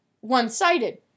one-sided